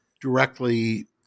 directly